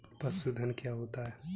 पशुधन क्या होता है?